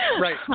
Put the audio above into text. right